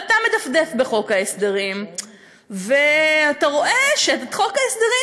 אתה מדפדף בחוק ההסדרים ואתה רואה שחוק ההסדרים